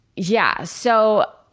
yeah, so.